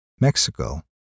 Mexico